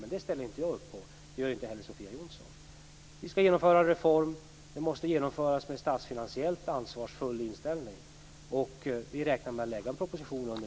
Men det ställer inte jag upp på, och det gör inte heller Sofia Jonsson. Vi skall genomföra en reform. Den måste genomföras med en statsfinansiellt ansvarsfull inställning, och vi räknar med att lägga fram en proposition under